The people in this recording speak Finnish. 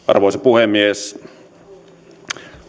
arvoisa puhemies